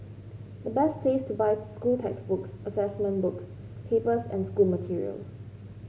the best place to buy school textbooks assessment books papers and school materials